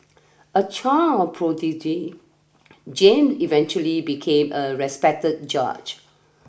a child prodigy James eventually became a respected judge